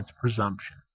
presumption